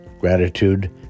Gratitude